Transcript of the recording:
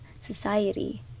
society